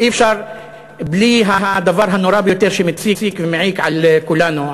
אי-אפשר בלי הדבר הנורא ביותר שמציק ומעיק על כולנו,